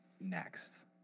next